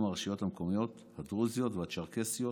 הרשויות המקומיות הדרוזיות והצ'רקסיות,